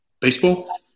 Baseball